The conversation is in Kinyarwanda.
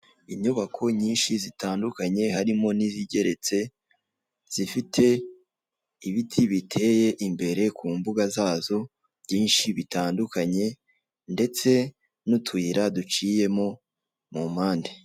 Inyubako nyinshi zitandukanye harimo n'izigeretse zifite ibiti biteye imbere ku mbuga zazo byinshi bitandukanye ndetse n'utuyira duciyemo mu mpande.